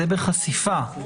זה בחשיפה.